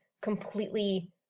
completely